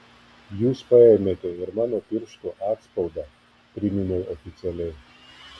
jūs paėmėte ir mano pirštų atspaudą priminiau oficialiai